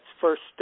first